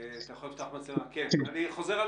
שאלה.